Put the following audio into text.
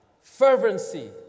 fervency